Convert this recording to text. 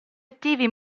attivi